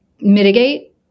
mitigate